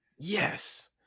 yes